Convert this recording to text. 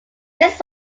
this